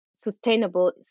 sustainable